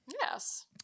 Yes